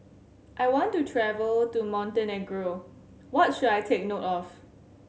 I want to travel to Montenegro what should I take note of